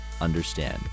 understand